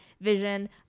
vision